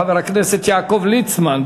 חבר הכנסת יעקב ליצמן.